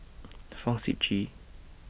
Fong Sip Chee